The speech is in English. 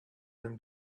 been